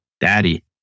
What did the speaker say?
Daddy